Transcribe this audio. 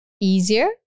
easier